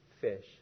fish